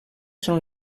són